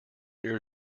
there